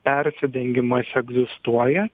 persidengimas egzistuoja